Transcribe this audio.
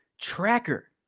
tracker